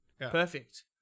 perfect